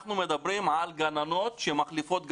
אנחנו מדברים על גננות שמחליפות גננות,